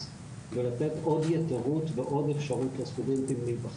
ולתת עוד יתרות ועוד אפשרות לסטודנטים להיבחן.